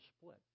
split